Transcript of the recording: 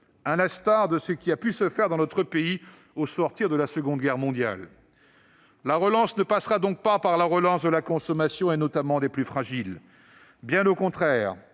l'instar de ce qui s'est fait dans notre pays au sortir de la Seconde Guerre mondiale. La relance ne passera donc pas par la relance de la consommation, notamment pour les plus fragiles. Bien au contraire,